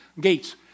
gates